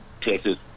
Texas